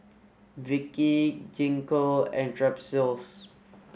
Vichy Gingko and Strepsils